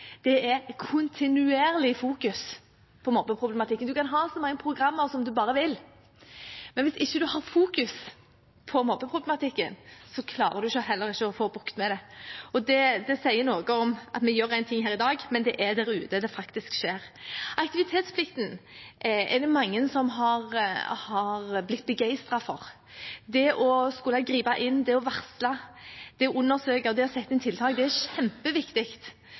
er å fokusere kontinuerlig på mobbeproblematikken. En kan ha så mange programmer som en bare vil, men hvis en ikke fokuserer på mobbeproblematikken, klarer en heller ikke å få bukt med den. Det sier noe om at vi gjør én ting her i dag, men det er der ute det faktisk skjer. Aktivitetsplikten er det mange som har blitt begeistret for. Det å skulle gripe inn, det å varsle, det å undersøke og det å sette inn tiltak er kjempeviktig,